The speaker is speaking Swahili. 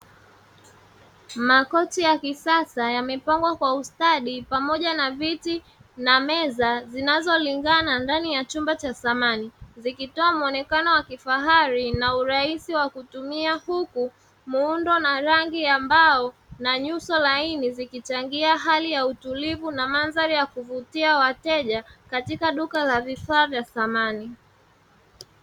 Makoti ya kisasa yamepangwa kwa ustadi pamoja na viti na meza zinazolingana ndani ya chumba cha samani, zikitoa mwonekano wa kifahari na urahisi wa kutumia huku muundo na rangi ya mbao na nyuso laini zikichangia hali ya utulivu na mandhari ya kuvutia wateja katika duka la vifaa vya samani.